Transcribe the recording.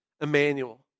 Emmanuel